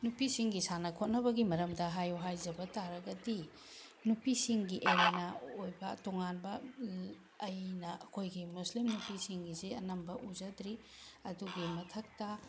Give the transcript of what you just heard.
ꯅꯨꯄꯤꯁꯤꯡꯒꯤ ꯁꯥꯟꯅ ꯈꯣꯠꯅꯕꯒꯤ ꯃꯔꯝꯗ ꯍꯥꯏꯌꯨ ꯍꯥꯏꯖꯕ ꯇꯥꯔꯒꯗꯤ ꯅꯨꯄꯤꯁꯤꯡꯒꯤ ꯑꯦꯔꯦꯅꯥ ꯑꯣꯏꯕ ꯇꯣꯡꯉꯥꯟꯕ ꯑꯩꯅ ꯑꯩꯈꯣꯏꯒꯤ ꯃꯨꯁꯂꯤꯝ ꯅꯨꯄꯤꯁꯤꯡꯒꯤꯁꯤ ꯑꯅꯝꯕ ꯎꯖꯗ꯭ꯔꯤ ꯑꯗꯨꯒꯤ ꯃꯊꯛꯇ